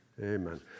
Amen